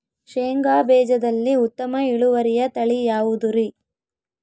ಶೇಂಗಾ ಬೇಜದಲ್ಲಿ ಉತ್ತಮ ಇಳುವರಿಯ ತಳಿ ಯಾವುದುರಿ?